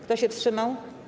Kto się wstrzymał?